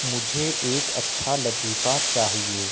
مجھے ایک اچھا لطیفہ چاہیے